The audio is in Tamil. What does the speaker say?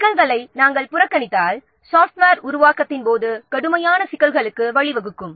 சிக்கல்களை நாம் புறக்கணித்தால் சாஃப்ட்வேர் உருவாக்கத்தின் போது கடுமையான சிக்கல்களுக்கு வழிவகுக்கும்